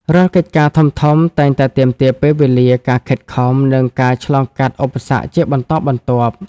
រាល់កិច្ចការធំៗតែងតែទាមទារពេលវេលា ការខិតខំ និងការឆ្លងកាត់ឧបសគ្គជាបន្តបន្ទាប់។